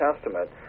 Testament